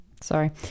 sorry